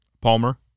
Palmer